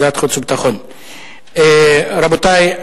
רבותי,